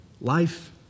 life